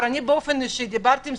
אני פניתי לשר הבריאות באופן אישי וביקשתי